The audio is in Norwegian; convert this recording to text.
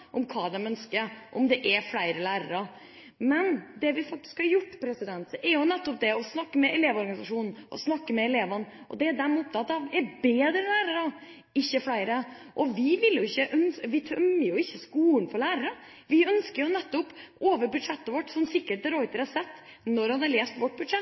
om hva de ønsker, og om det er flere lærere. Det vi har gjort, er nettopp å snakke med Elevorganisasjonen og å snakke med elevene. Det de er opptatt av, er bedre lærere, ikke flere. Vi tømmer jo ikke skolen for lærere. Vi ønsker nettopp over budsjettet vårt, som sikkert de Ruiter har sett når han har lest vårt budsjett,